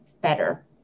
better